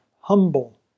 humble